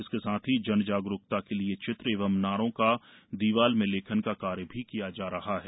इसके साथ ही जनजागरूकता के लिए चित्र एवं नारों का दीवाल में लेखन का कार्य भी किया जा रहा है